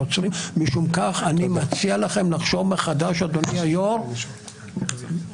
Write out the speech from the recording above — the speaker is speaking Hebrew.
גם היא לא תחת ביקורת שיפוטית של עילת הסבירות.